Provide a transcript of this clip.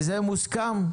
וזה מוסכם?